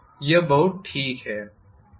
यह बहुत ठीक है